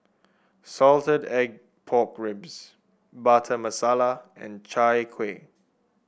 Salted Egg Pork Ribs Butter Masala and Chai Kuih